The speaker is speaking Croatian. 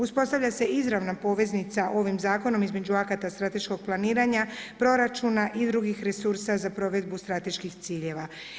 Uspostavlja se izravna poveznica ovim zakonom između akata strateškog planiranja proračuna i drugih resursa za provedbu strateških ciljeva.